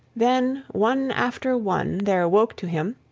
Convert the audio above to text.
then, one after one, there woke to him,